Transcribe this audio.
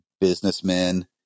businessmen